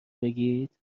بگید